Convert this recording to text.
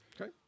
Okay